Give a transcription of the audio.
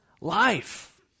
Life